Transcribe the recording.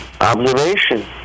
observation